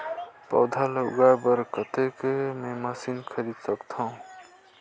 पौधा ल जगाय बर कतेक मे मशीन खरीद सकथव?